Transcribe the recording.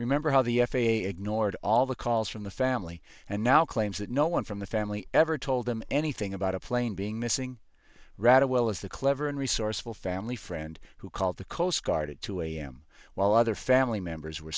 remember how the f a a ignored all the calls from the family and now claims that no one from the family ever told them anything about a plane being missing rather well as the clever and resourceful family friend who called the coast guard at two a m while other family members were